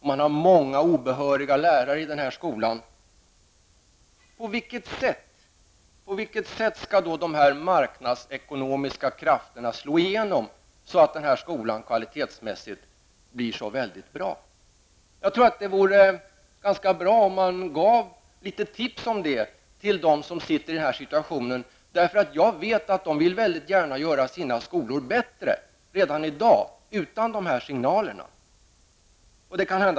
I den här skolan finns det dessutom många obehöriga lärare. På vilket sätt skall då de marknadsekonomiska krafterna slå igenom, så att den här skolan kvalitetsmässigt blir väldigt bra? Jag tror att det vore ganska bra om man gav dem som befinner sig i den här situationen några tips om det. Jag vet att de gärna vill göra sina skolor bättre redan i dag, utan de här signalerna.